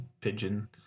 pigeon